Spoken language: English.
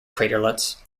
craterlets